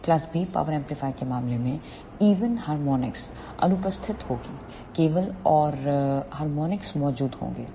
तो class B power amplifier के मामले में ईवन हारमोनिक्स अनुपस्थित होगी केवल औड हार्मोनिक्स मौजूद होंगे